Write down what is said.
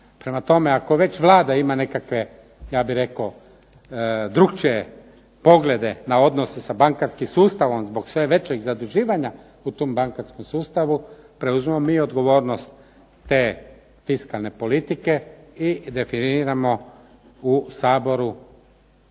Prema tome, ako već Vlada ima nekakve ja bih rekao drukčije poglede na odnose sa bankarskim sustavom zbog sve većeg zaduživanja u tom bankarskom sustavu preuzmimo mi odgovornost te fiskalne politike i definirajmo u Saboru